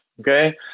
Okay